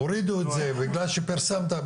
הורידו את זה בגלל שפרסמת.